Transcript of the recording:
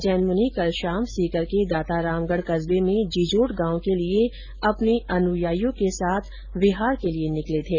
जैन मुनि कल शाम सीकर के दातारामगढ कस्बे में जीजोट गांव के लिये अपने अनुयायियों के साथ बिहार के लिये निकले थे